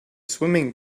swimming